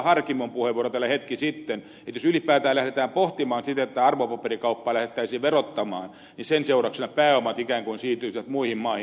harkimon puheenvuoro täällä hetki sitten että jos ylipäätään lähdetään pohtimaan sitä että arvopaperikauppaa lähdettäisiin verottamaan niin sen seurauksena pääomat ikään kuin siirtyisivät muihin maihin